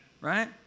right